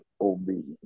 obedience